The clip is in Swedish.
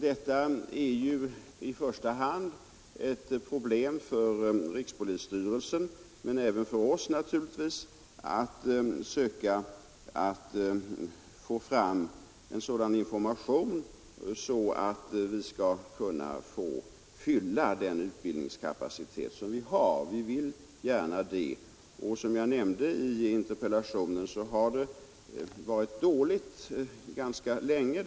Det är ju i första hand ett problem för rikspolisstyrelsen, men även för oss naturligtvis, att söka få fram en sådan information att vi skall kunna få den utbildningskapaciteten fylld. Vi vill gärna ha den fylld, men som jag nämnde i interpellationssvaret har det varit dåligt ganska länge.